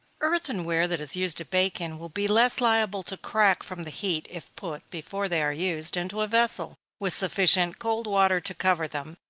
earthen-ware that is used to bake in, will be less liable to crack from the heat if put, before they are used, into a vessel, with sufficient cold water to cover them,